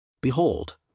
Behold